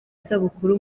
isabukuru